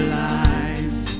lives